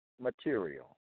material